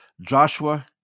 joshua